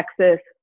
Texas